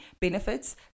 benefits